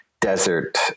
desert